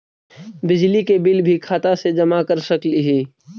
बिजली के बिल भी खाता से जमा कर सकली ही?